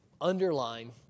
underline